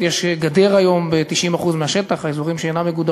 שם ובחזרה, להיות באירוע של הגיוס.